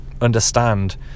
understand